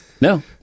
No